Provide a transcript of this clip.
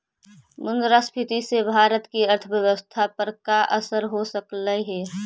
मुद्रास्फीति से भारत की अर्थव्यवस्था पर का असर हो सकलई हे